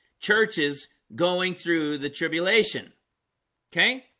churches going through the tribulation okay